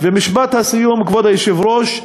ומשפט הסיום, כבוד היושב-ראש,